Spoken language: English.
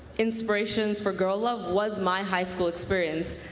inspirations for girllove was my high school experience.